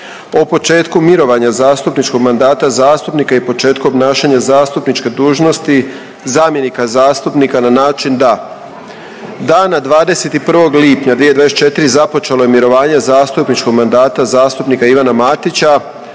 o početku mirovanja zastupničkog mandata zastupnika i početku obnašanja zastupničke dužnosti zamjenika zastupnika na način da dana 21. lipnja 2024. započelo je mirovanje zastupničkog mandata zastupnika Ivana Matića.